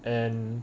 and